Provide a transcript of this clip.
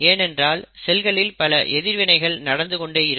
ஏனென்றால் செல்களில் பல எதிர்வினைகள் நடந்து கொண்டே இருக்கும்